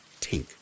tink